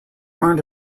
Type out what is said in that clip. earned